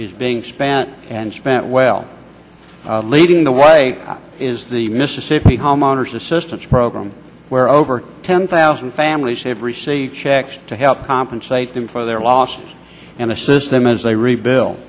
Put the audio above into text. is being spent and spent well leading the way is the mississippi homeowners assistance program where over ten thousand families have received checks to help compensate them for their lost and assist them as they rebuild